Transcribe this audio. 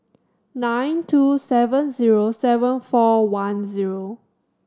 nine two seven zero seven four one zero